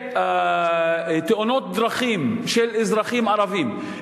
תאונות הדרכים, של אזרחים ערבים.